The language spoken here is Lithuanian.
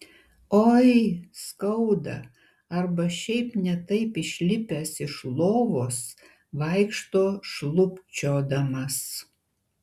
oi skauda arba šiaip ne taip išlipęs iš lovos vaikšto šlubčiodamas